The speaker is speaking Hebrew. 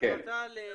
שמטרתה